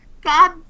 God